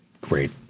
Great